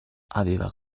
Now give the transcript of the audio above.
aveva